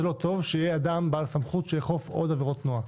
שיהיה אדם בעל סמכות שיאכוף עוד עבירות תנועה?